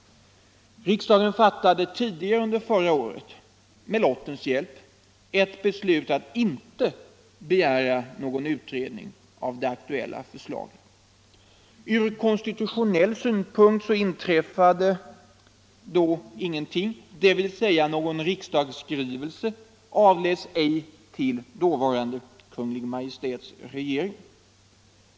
Riksdagen fattade tidigare förra året med lottens hjälp ett beslut att inte begära någon utredning av det aktuella slaget. Från konstitutionell synpunkt inträffade då ingenting, dvs. någon riksdagsskrivelse avläts ej till regeringen.